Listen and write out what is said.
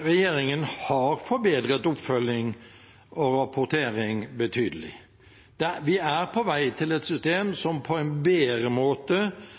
Regjeringen har imidlertid forbedret oppfølgingen og rapporteringen betydelig. Vi er på vei mot et system som på en bedre måte